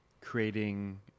creating